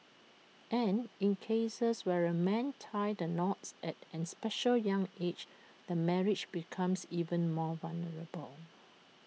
and in cases where A man ties the knots at an especially young age the marriage becomes even more vulnerable